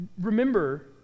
Remember